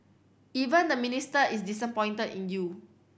even the Minister is disappointed in you